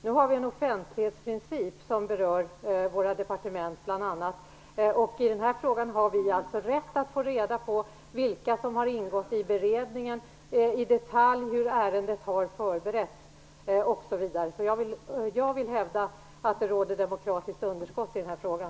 Vi har en offentlighetsprincip som berör våra departement bl.a. I den här frågan har vi alltså rätt att få reda på vilka som ingått i beredningen, i detalj hur ärendet förberetts osv. Jag vill hävda att det råder ett demokratiskt underskott i den här frågan.